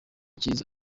cyiza